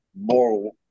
more